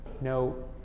no